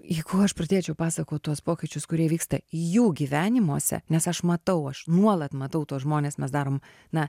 jeigu aš pradėčiau pasakot tuos pokyčius kurie įvyksta jų gyvenimuose nes aš matau aš nuolat matau tuos žmones mes darom na